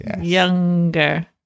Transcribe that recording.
younger